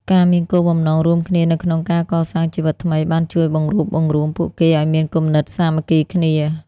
ការមានគោលបំណងរួមគ្នានៅក្នុងការកសាងជីវិតថ្មី បានជួយបង្រួបបង្រួមពួកគេឱ្យមានគំនិតសាមគ្គីគ្នា។